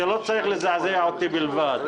זה לא צריך לזעזע אותי בלבד,